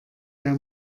mehr